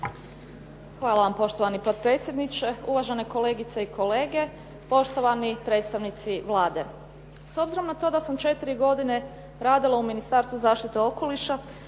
Hvala poštovani potpredsjedniče, uvažene kolegice i kolege, poštovani predstavnici Vlade. S obzirom na to da sam četiri godine radila u Ministarstvu zaštite okoliša